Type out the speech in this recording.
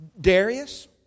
Darius